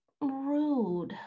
rude